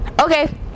Okay